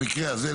במקרה הזה,